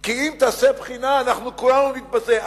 כי אם תעשה בחינה אנחנו כולנו נתבזה.